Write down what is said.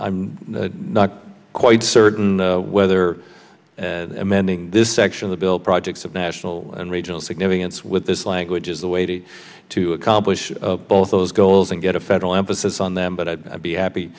i'm not quite certain whether amending this section of the bill projects of national and regional significance with this language is the way to to accomplish both those goals and get a federal emphasis on them but i'd be happy